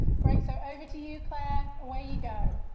great, so over to you, claire, away you go?